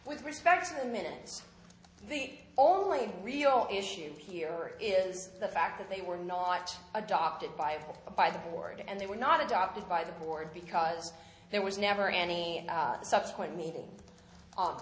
with respect to the minutes the only real issue here is the fact that they were not adopted by the by the board and they were not adopted by the board because there was never any subsequent meeting